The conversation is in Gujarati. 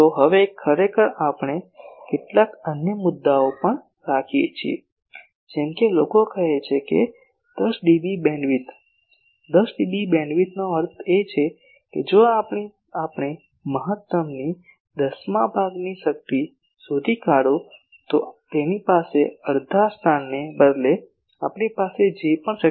હવે ખરેખર આપણે કેટલાક અન્ય મુદ્દાઓ પણ રાખી શકીએ છીએ જેમ કે લોકો કહે છે 10 ડીબી બીમવિડ્થ 10 ડીબી બીમવિડ્થનો અર્થ એ છે કે જો આપણે મહત્તમની દસમા ભાગની શક્તિ શોધી કાઢું તો તેની પાસે અડધા સ્થાનને બદલે આપણી પાસે જે પણ શક્તિ છે